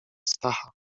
stacha